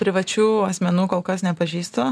privačių asmenų kol kas nepažįstu